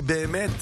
כי באמת,